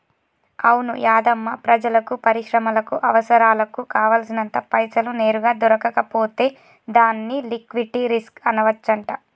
అవును యాధమ్మా ప్రజలకు పరిశ్రమలకు అవసరాలకు కావాల్సినంత పైసలు నేరుగా దొరకకపోతే దాన్ని లిక్విటీ రిస్క్ అనవచ్చంట